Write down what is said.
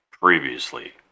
Previously